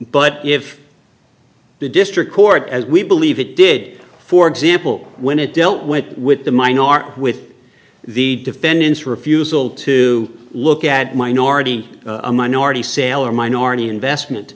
but if the district court as we believe it did for example when it dealt went with the mine are with the defendant's refusal to look at minority a minority saylor minority investment